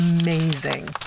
amazing